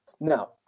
Now